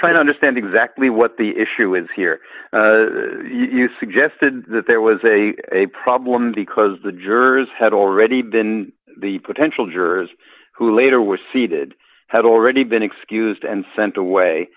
trying to understand exactly what the issue is here you suggested that there was a problem because the jurors had already been the potential jurors who later were seated had already been excused and sent away